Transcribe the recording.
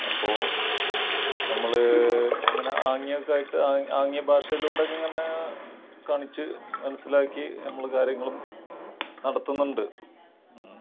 അപ്പോൾ ആ നമ്മള് അങ്ങനെ ആംഗ്യമൊക്കെ ആയിട്ട് ആംഗ്യ ഭാഷേലൂടെ ഇങ്ങനെ കാണിച്ച് മനസ്സിലാക്കി നമ്മള് കാര്യങ്ങളും നടത്തുന്നുണ്ട്